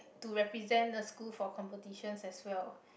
to represent the school for competitions as well